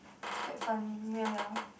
it's quite funny wait ah wait ah